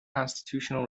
constitutional